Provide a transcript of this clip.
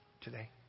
today